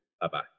Bye-bye